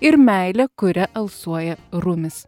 ir meilė kuria alsuoja rumis